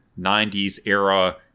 90s-era